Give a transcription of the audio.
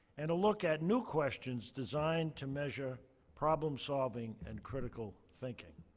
and a look at new questions designed to measure problem solving and critical thinking.